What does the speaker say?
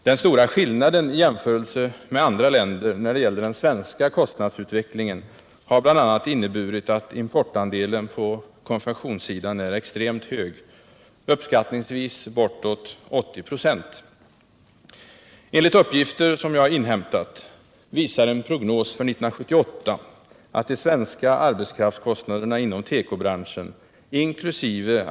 Den stora skillnaden i jämförelse med andra länder när det gäller den svenska kostnadsutvecklingen har bl.a. inneburit att importandelen på konfektionssidan är extremt hög — uppskattningsvis bortåt 80 96! Enligt uppgifter som jag inhämtat visar en prognos för 1978 att de svenska arbetskraftskostnaderna inom tekobranschen inkl.